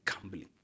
gambling